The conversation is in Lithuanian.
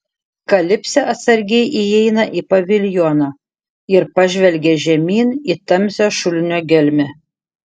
kalipsė atsargiai įeina į paviljoną ir pažvelgia žemyn į tamsią šulinio gelmę